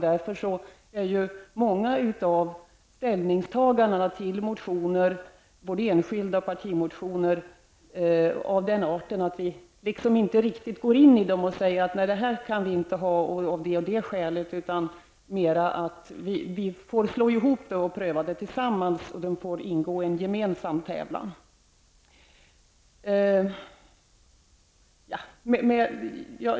Därför är många av ställningstagandena till motioner, både enskilda och partimotioner, av den arten att vi liksom inte riktigt går in i förslagen och säger att det här kan vi inte ha av det och det skälet, utan vi har tyckt att vi får slå ihop dem och låta dem ingå i en gemensam tävlan.